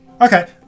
Okay